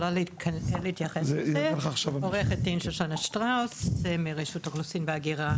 אני עורכת דין שושנה שטראוס מרשות האוכלוסין וההגירה